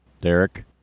Derek